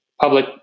public